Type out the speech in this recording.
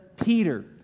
Peter